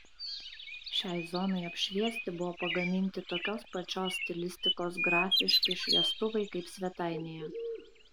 šiai zonai apšviesti buvo pagaminti tokios pačios stilistikos grafiški šviestuvai kaip svetainėje